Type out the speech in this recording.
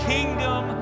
Kingdom